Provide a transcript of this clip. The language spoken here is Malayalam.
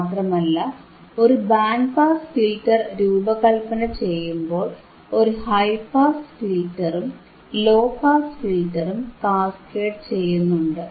മാത്രമല്ല ഒരു ബാൻഡ് പാസ് ഫിൽറ്റർ രൂപകല്പന ചെയ്യുമ്പോൾ ഒരു ഹൈ പാസ് ഫിൽറ്ററും ലോ പാസ് ഫിൽറ്ററും കാസ്കേഡ് ചെയ്യുന്നുണ്ട്